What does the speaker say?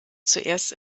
zuerst